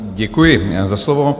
Děkuji za slovo.